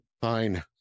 fine